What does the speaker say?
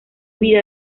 vida